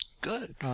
Good